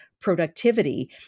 productivity